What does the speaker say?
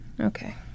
Okay